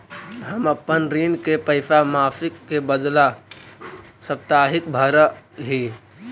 हम अपन ऋण के पैसा मासिक के बदला साप्ताहिक भरअ ही